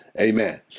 Amen